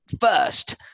first